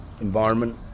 environment